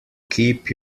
keep